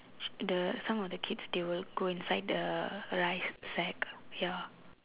the some of the kids they will go inside the rice sack ya